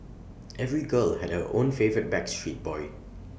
every girl had her own favourite backstreet boy